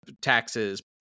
taxes